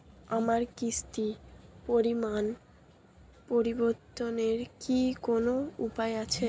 আমার কিস্তির পরিমাণ পরিবর্তনের কি কোনো উপায় আছে?